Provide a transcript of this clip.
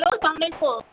hello سلام علیکُم